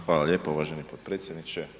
Hvala lijepo uvaženi potpredsjedniče.